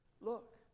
Look